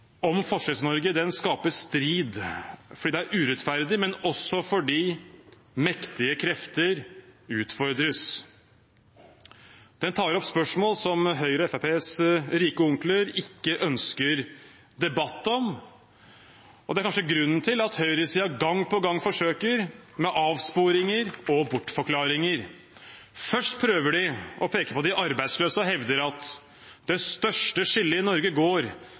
om Forskjells-Norge skaper strid fordi det er urettferdig, men også fordi mektige krefter utfordres. Den tar opp spørsmål som Høyres og Fremskrittspartiets rike onkler ikke ønsker debatt om, og det er kanskje grunnen til at høyresiden gang på gang forsøker med avsporinger og bortforklaringer. Først prøver de å peke på de arbeidsløse og hevder: «Det største skillet i Norge går